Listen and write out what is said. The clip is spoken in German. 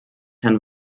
herrn